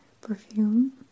perfume